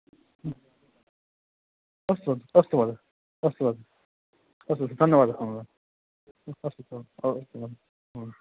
अस्तु अस्तु महोदय अस्तु अस्तु अस्तु धन्यवादः महोदय अस्तु अस्तु महोदय